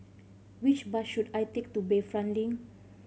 which bus should I take to Bayfront Link